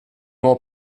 more